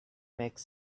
makes